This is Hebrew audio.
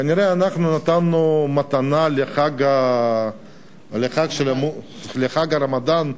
כנראה נתנו מתנה ל"חמאס" לרגל הרמדאן.